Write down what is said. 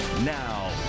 Now